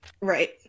right